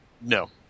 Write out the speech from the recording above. No